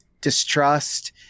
distrust